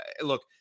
Look